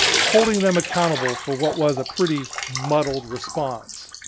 holding them accountable for what was a pretty muddled response.